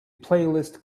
playlist